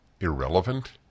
irrelevant